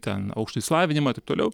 ten aukštąjį išsilavinimą taip toliau